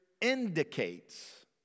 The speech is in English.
indicates